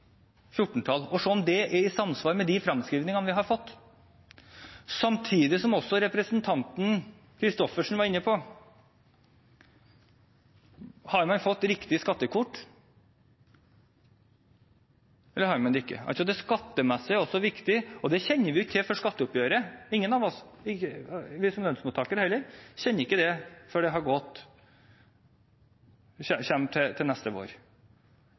om det er i samsvar med de fremskrivningene vi har fått. Som også representanten Christoffersen var inne på: Har man fått riktig skattekort, eller har man det ikke? Det skattemessige er også viktig, og det kjenner ingen av oss til før skatteoppgjøret, heller ikke vi som lønnsmottakere kjenner til det før det kommer til neste vår, for inneværende år. Så de eksakte tallene vil man få neste vår.